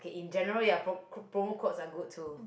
'kay in general ya pro~ c~ promo codes are good to